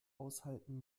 aushalten